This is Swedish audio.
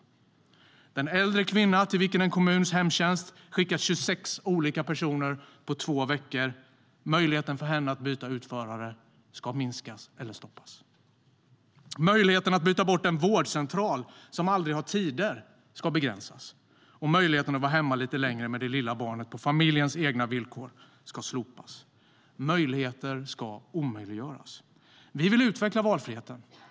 För den äldre kvinnan till vilken kommunens hemtjänst skickat 26 olika personer på två veckor ska möjligheten att byta utförare minskas eller stoppas. Vi vill utveckla valfriheten.